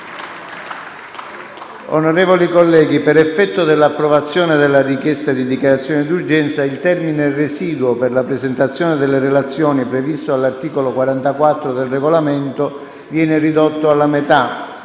Onorevoli colleghi, per effetto dell'approvazione della richiesta di dichiarazione d'urgenza, il termine residuo per la presentazione delle relazioni, previsto dall'articolo 44 del Regolamento, viene ridotto alla metà.